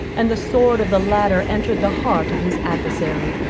and the sword of the latter entered the heart of his adversary.